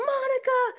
Monica